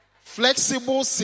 flexible